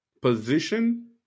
position